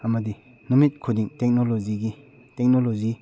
ꯑꯃꯗꯤ ꯅꯨꯃꯤꯠ ꯈꯨꯗꯤꯡ ꯇꯦꯛꯅꯣꯂꯣꯖꯤꯒꯤ ꯇꯦꯛꯅꯣꯂꯣꯖꯤ